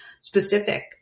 specific